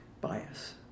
bias